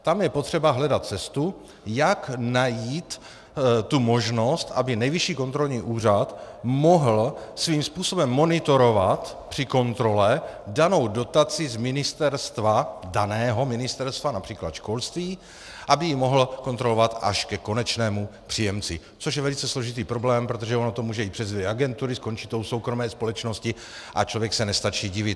Tam je potřeba hledat cestu, jak najít tu možnost, aby Nejvyšší kontrolní úřad mohl svým způsobem monitorovat při kontrole danou dotaci z ministerstva, daného ministerstva, například školství, aby ji mohl kontrolovat až ke konečnému příjemci, což je velice složitý problém, protože ono to může jít přes dvě agentury, skončí to u soukromé společnosti a člověk se nestačí divit.